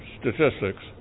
statistics